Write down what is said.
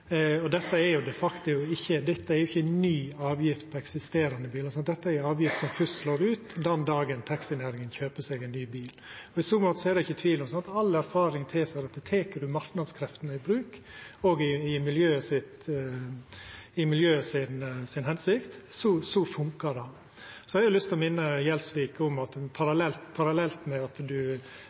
igjen. Dette er ikkje ei ny avgift på eksisterande bilar. Dette er ei avgift som fyrst slår ut den dagen taxinæringa kjøper seg ein ny bil. I så måte er det ikkje tvil om – og all erfaring tilseier dette – at tek ein marknadskreftene i bruk, òg i miljøet si teneste, fungerer det. Eg har lyst å minna representanten Gjelsvik om at ein parallelt med at